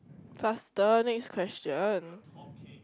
faster next question